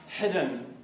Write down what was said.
hidden